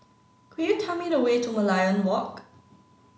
could you tell me the way to Merlion Walk